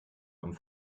und